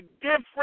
different